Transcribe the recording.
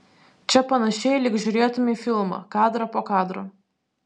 čia panašiai lyg žiūrėtumei filmą kadrą po kadro